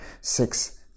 Six